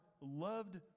loved